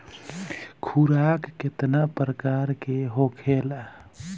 खुराक केतना प्रकार के होखेला?